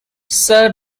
sir